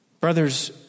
Brothers